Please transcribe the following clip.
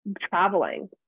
traveling